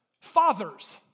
Fathers